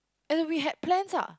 and then we had plans ah